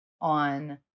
on